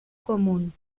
común